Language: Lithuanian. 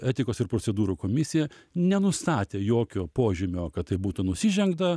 etikos ir procedūrų komisija nenustatė jokio požymio kad tai būtų nusižengta